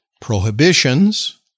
prohibitions